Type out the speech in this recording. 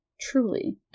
truly